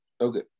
okay